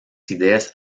ideas